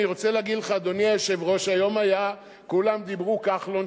אני רוצה להגיד לך שהיום כולם דיברו על כחלון,